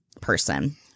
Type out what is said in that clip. person